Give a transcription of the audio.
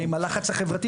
האם יש לחץ חברתי?